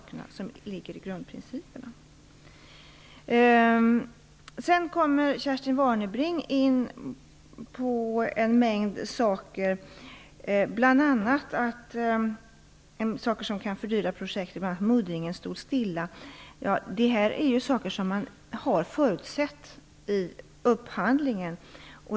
Kerstin Warnerbring kommer in på en mängd saker som kan fördyra projektet, bl.a. att muddringen stod stilla. Detta är saker som man har förutsett vid upphandlingen.